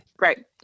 Right